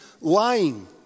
lying